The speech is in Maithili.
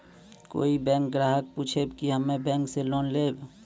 कोई बैंक ग्राहक पुछेब की हम्मे बैंक से लोन लेबऽ?